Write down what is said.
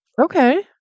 okay